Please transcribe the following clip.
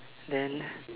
then